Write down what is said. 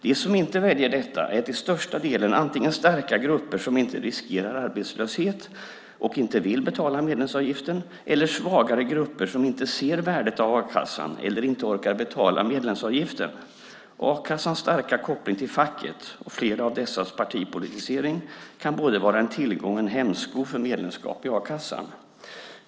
De som inte väljer detta är till största delen antingen starka grupper som inte riskerar arbetslöshet och inte vill betala medlemsavgiften eller svagare grupper som inte ser värdet av a-kassan eller inte orkar betala medlemsavgiften. A-kassans starka koppling till facket, och flera av dessas partipolitisering, kan vara både en tillgång och en hämsko för medlemskap i a-kassan.